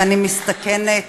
ואני מסתכנת